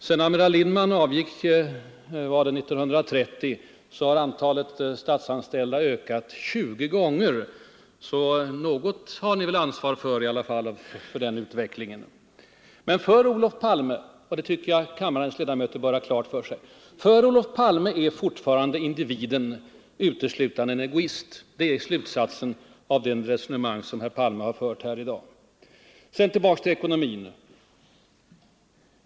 Sedan amiral Lindman avgick 1930 har antalet statsanställda ökat kanske 20 gånger, så något ansvar har ni väl i alla fall för den utvecklingen. Men för Olof Palme — det tycker jag kammarens ledamöter borde ha klart för sig — är fortfarande individen uteslutande en egoist. Det är slutsatsen av det resonemang som herr Palme har fört här i dag. Sedan tillbaka till ekonomin.